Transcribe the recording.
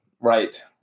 Right